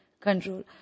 control